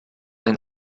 ein